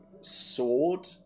sword